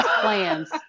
Plans